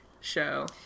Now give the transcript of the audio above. show